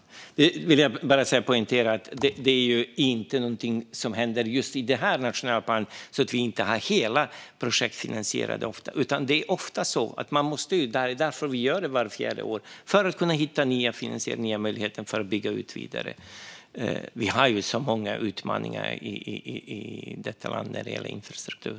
Jag vill bara poängtera att det inte är någonting som händer just i den här nationella planen att vi inte har hela projekt finansierade. Det är ofta så, och det är därför man gör detta vart fjärde år. Man måste kunna hitta ny finansiering och nya möjligheter att bygga ut vidare. Vi har ju så många utmaningar i detta land när det gäller infrastruktur.